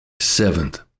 Seventh